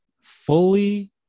fully